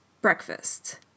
breakfast